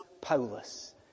Paulus